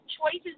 choices